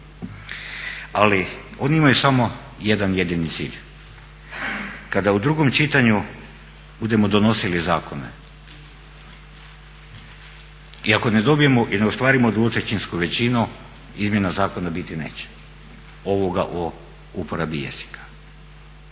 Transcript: Ali oni imaju samo jedan jedini cilj. Kada u drugom čitanju budemo donosili zakone i ako ne dobijemo i ne ostvarimo 2/3 većinu izmjena zakona biti neće ovoga o uporabi jezika.